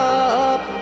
up